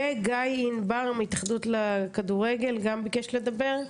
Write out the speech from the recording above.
גיא ענבר מהתאחדות לכדורגל גם ביקש לדבר.